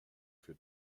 für